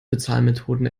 bezahlmethoden